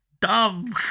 dumb